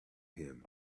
him